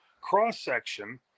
cross-section